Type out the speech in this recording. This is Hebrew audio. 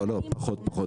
לא לא, פחות.